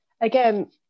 again